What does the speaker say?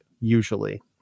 Usually